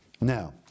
Now